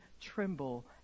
tremble